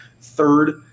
third